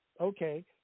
Okay